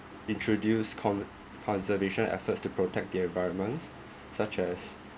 introduced conver~ conservation efforts to protect the environments such as